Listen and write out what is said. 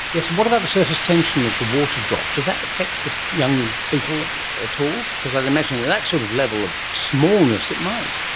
yes, what about the surface tension of the water-drop, does that affect the young beetle at all? because i'd imagine that at that sort of level of smallness it might.